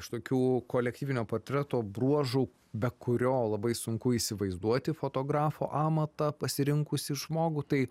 iš tokių kolektyvinio portreto bruožų be kurio labai sunku įsivaizduoti fotografo amatą pasirinkusį žmogų tai